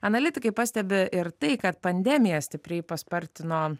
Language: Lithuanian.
analitikai pastebi ir tai kad pandemija stipriai paspartino